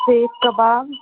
seekh kebab